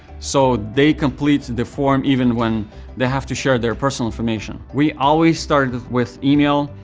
so they complete the form even when they have to share their personal information. we always started with email,